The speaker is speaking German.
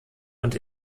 und